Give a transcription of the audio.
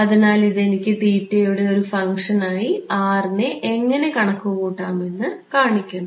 അതിനാൽ ഇത് എനിക്ക് യുടെ ഒരു ഫംഗ്ഷൻ ആയി R നെ എങ്ങനെ കണക്കു കൂട്ടാം എന്ന് കാണിക്കുന്നു